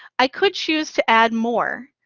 i could choose to add more.